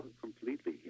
completely